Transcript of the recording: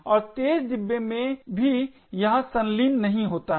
और तेज डिब्बे में भी यहाँ संलीन नहीं होता है